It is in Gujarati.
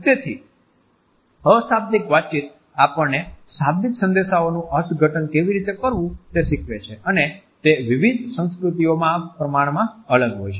તેથી અશાબ્દિક વાતચીત આપણને શાબ્દિક સંદેશાઓનું અર્થઘટન કેવી રીતે કરવું તે શીખવે છે અને તે વિવિધ સંસ્કૃતિઓ માં પ્રમાણમાં અલગ હોય છે